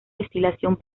destilación